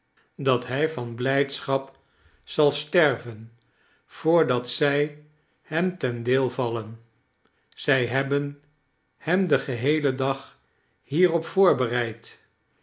dat hij van blijdschap zal sterven voordat zij hem ten deel vallen zij hebben hem den geheelen dag hierop voorbereid